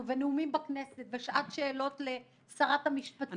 והיו נאומים בכנסת ושעת שאלות לשרת המשפטים.